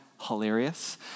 hilarious